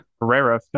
herrera